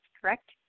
correct